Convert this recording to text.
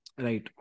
Right